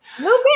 No